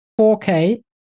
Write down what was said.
4K